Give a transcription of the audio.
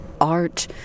art